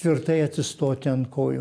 tvirtai atsistoti ant kojų